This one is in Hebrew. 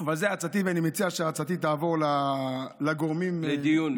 זו עצתי, ואני מציע שעצתי תעבור לגורמים, לדיון.